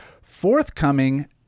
forthcoming